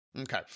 Okay